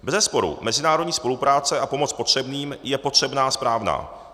Bezesporu mezinárodní spolupráce a pomoc potřebným je potřebná a správná.